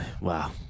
Wow